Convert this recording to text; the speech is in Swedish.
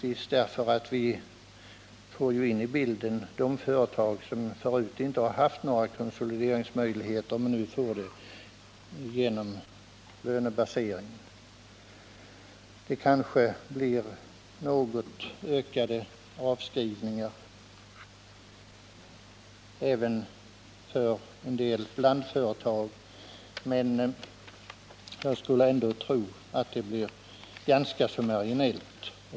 Vi får ju med i bilden de företag som förut inte haft några konsolideringsmöjligheter men nu får sådana genom lönebaseringsalternativet. Avskrivningarna kanske ökar något även för en del blandföretag, men jag skulle ändå tro att de blir ganska marginella.